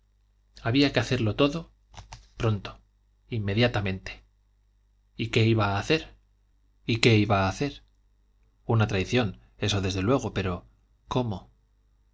había que hacerlo todo pronto inmediatamente y qué iba a hacer una traición eso desde luego pero cómo